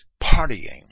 partying